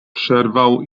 przerwał